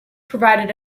provided